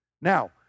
Now